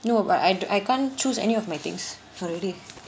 no but I d~ I can't choose any of my things already